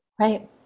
Right